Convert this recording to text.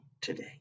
today